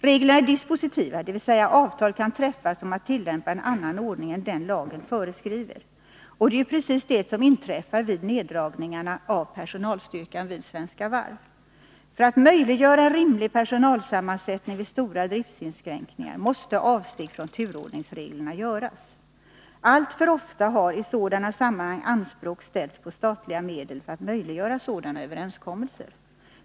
Reglerna är dispositiva, dvs. avtal kan träffas om att tillämpa en annan ordning än den lagen föreskriver. Och det är ju precis det som inträffar vid nerdragningarna av personalstyrkan vid Svenska Varv. För att möjliggöra en rimlig personalsammansättning vid stora driftsinskränkningar måste avsteg från turordningsreglerna göras. Alltför ofta har i sådana sammanhang anspråk ställts på statliga medel för att möjliggöra sådana överenskommelser.